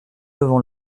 devant